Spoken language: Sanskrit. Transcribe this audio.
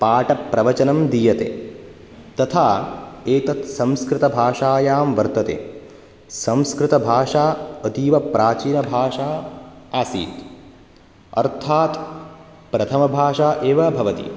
पाठप्रवचनं दीयते तथा एतत् संस्कृतभाषायां वर्तते संस्कृतभाषा अतीवप्राचीनभाषा आसीत् अर्थात् प्रथमभाषा एव भवति